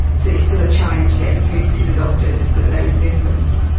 so it's still a challenge getting through to the doctors that there is a difference.